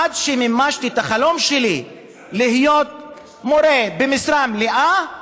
ועד שמימשתי את החלום שלי להיות מורה במשרה מלאה,